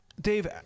Dave